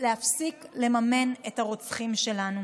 ולהפסיק לממן את הרוצחים שלנו.